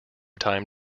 time